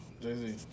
Jay-Z